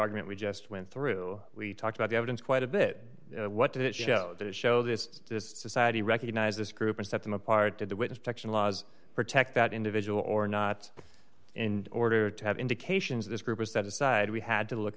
argument we just went through we talked about the evidence quite a bit what did it show that show this society recognize this group or set them apart did the witness protection laws protect that individual or not in order to have indications this group is set aside we had to look